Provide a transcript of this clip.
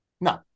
No